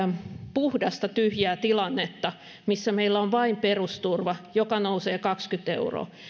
puhdasta tyhjää tilannetta missä meillä on vain perusturva joka nousee kaksikymmentä euroa